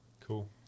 Cool